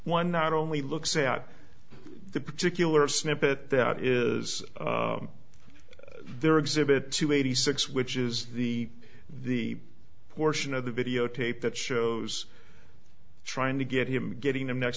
one not only looks at the particular snippet that is there exhibit two eighty six which is the the portion of the videotape that shows trying to get him getting them next